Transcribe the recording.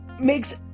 makes